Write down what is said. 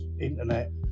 internet